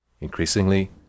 Increasingly